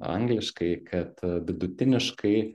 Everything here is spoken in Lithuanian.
angliškai kad vidutiniškai